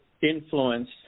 influence